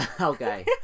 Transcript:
Okay